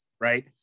Right